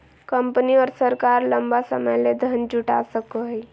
company और सरकार लंबा समय ले धन जुटा सको हइ